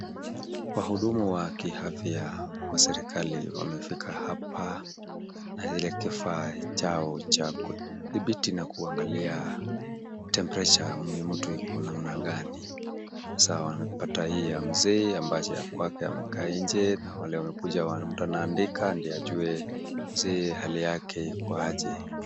Wahudumu wa kiafya wa serikali wamefika hapa na kile kifaa chao cha kudhibiti na kuangalia temperature ya mtu iko namna gani, sasa wamepata hii ya mzee ambaye amekaa nje na wale wamekuja mtu anaandika ndivyo ajue je hali yake iko aje?